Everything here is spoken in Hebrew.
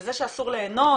לזה שאסור לאנוס?